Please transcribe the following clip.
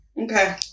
Okay